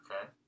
Okay